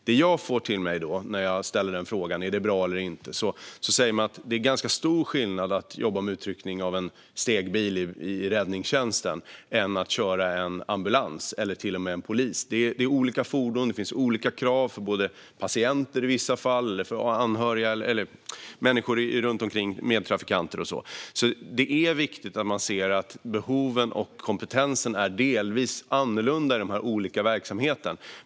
När jag får frågan om huruvida detta är bra eller inte hör jag att det är ganska stor skillnad mellan att jobba med utryckning med en stegbil i räddningstjänsten och att köra en ambulans eller till och med en polisbil. Det är olika fordon, och det finns olika krav för både patienter, i vissa fall, anhöriga, människor runt omkring, medtrafikanter och så vidare. Det är viktigt att se att behoven och kompetensen är delvis annorlunda i de olika verksamheterna.